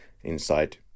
inside